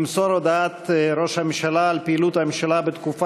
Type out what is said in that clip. למסור את הודעת ראש הממשלה על פעילות הממשלה בתקופה